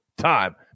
time